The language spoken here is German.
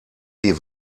sie